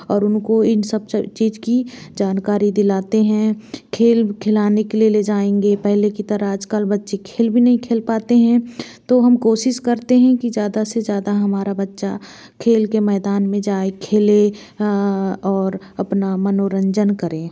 और उनको इन सब च चीज़ की जानकारी दिलाते हैं खेल खिलाने के लिए ले जाएंगे पहले की तरह आजकल बच्चे खेल भी नहीं खेल पाते हैं तो हम कोशिश करते हैं कि ज़्यादा से ज़्यादा हमारा बच्चा खेल के मैदान में जाए खेले और अपना मनोरंजन करे